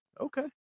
Okay